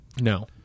No